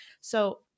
So-